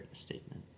statement